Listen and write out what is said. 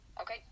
okay